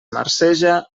marceja